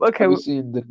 okay